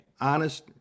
honest